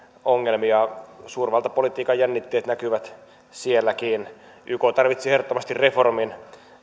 ongelmia suurvaltapolitiikan jännitteet näkyvät sielläkin yk tarvitsee ehdottomasti reformin